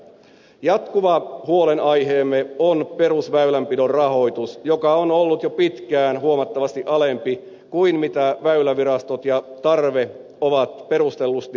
jatkuva huolenaiheemme on perusväylänpidon rahoitus joka on ollut jo pitkään huomattavasti alempi kuin väylävirastot ja tarve ovat perustellusti tuoneet esiin